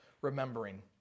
remembering